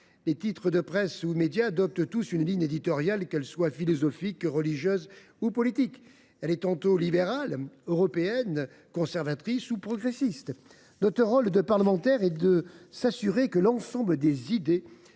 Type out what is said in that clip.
Les titres de presse ou les médias adoptent tous une ligne éditoriale, qu’elle soit philosophique, religieuse ou politique. Elle est tantôt libérale, européenne, conservatrice ou progressiste. Notre rôle de parlementaires est de nous assurer que l’ensemble des idées